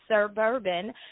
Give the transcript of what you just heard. Suburban